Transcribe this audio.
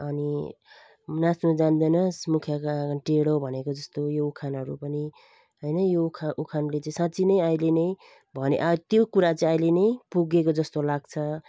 अनि नाच्नु जान्दैनस् मुखियाको आँगन टेढो भनेको जस्तो यो उखानहरू पनि हैन यो उखा उखानले चाहिँ साँच्चै नै अहिले नै भने त्यो कुरा चाहिँ अहिले नै पुगेको जस्तो लाग्छ